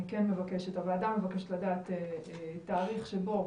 הוועדה מבקשת לדעת תאריך שבו